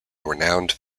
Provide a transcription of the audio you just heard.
renowned